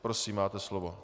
Prosím, máte slovo.